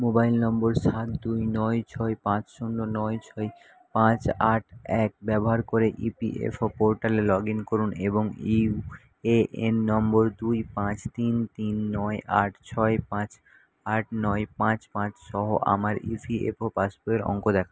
mobile নম্বর সাত দুই নয় ছয় পাঁচ শূন্য নয় ছয় পাঁচ আট এক ব্যবহার করে ইপিএফও পোর্টালে লগ ইন করুন এবং ইউএএন নম্বর দুই পাঁচ তিন তিন নয় আট ছয় পাঁচ আট নয় পাঁচ পাঁচ সহ আমার ইপিএফও পাসবইয়ের অঙ্ক দেখাও